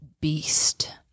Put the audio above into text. beast